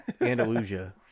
Andalusia